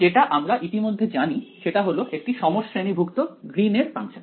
যেটা আমরা ইতিমধ্যে জানি সেটা হল একটি সমশ্রেণীভুক্ত গ্রীন এর ফাংশন